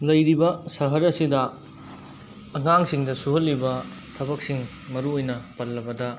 ꯂꯩꯔꯤꯕ ꯁꯍꯔ ꯑꯁꯤꯗ ꯑꯉꯥꯡꯁꯤꯡꯗ ꯁꯨꯍꯜꯂꯤꯕ ꯊꯕꯛꯁꯤꯡ ꯃꯔꯨ ꯑꯣꯏꯅ ꯄꯜꯂꯕꯗ